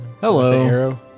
Hello